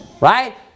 Right